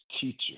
teacher